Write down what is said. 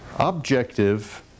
Objective